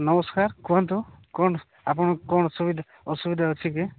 ନମସ୍କାର କୁହନ୍ତୁ କ'ଣ ଆପଣ କ'ଣ ସୁବିଧା ଅସୁବିଧା ଅଛି କି